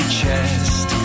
chest